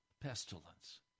pestilence